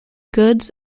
goods